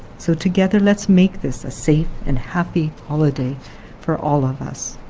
so together let's make this a safe and happy holiday for all of us.